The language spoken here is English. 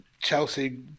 Chelsea